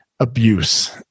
abuse